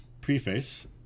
preface